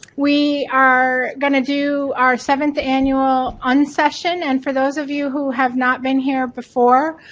we are gonna do our seventh annual unsession and for those of you who have not been here before,